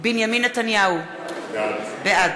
בנימין נתניהו, בעד